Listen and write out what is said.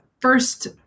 first